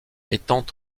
étant